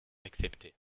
accepté